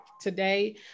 today